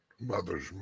Mother's